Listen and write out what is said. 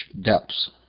depths